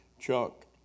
Chuck